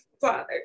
Father